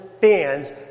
fans